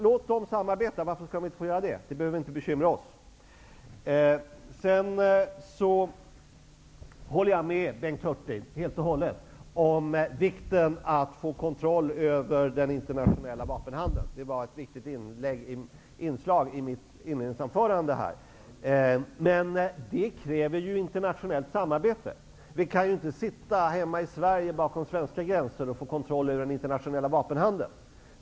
Låt dem samarbeta. Varför skulle de inte få göra det? Det behöver inte bekymra oss. Jag håller helt och hållet med Bengt Hurtig om vikten av att få kontroll över den internationella vapenhandeln. Det var ett viktigt inslag i mitt inledningsanförande. Det kräver internationellt samarbete. Vi kan inte sitta hemma i Sverige bakom svenska gränser och få kontroll över den internationella vapenhandeln.